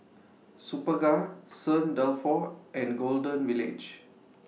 Superga Saint Dalfour and Golden Village